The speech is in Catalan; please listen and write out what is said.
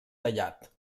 tallat